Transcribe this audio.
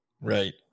Right